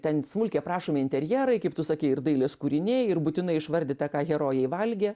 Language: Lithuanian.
ten smulkiai aprašomi interjerai kaip tu sakei ir dailės kūriniai ir būtinai išvardyta ką herojai valgė